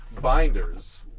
binders